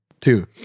two